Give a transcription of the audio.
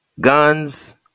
guns